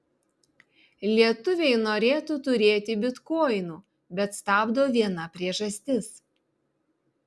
lietuviai norėtų turėti bitkoinų bet stabdo viena priežastis